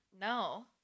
No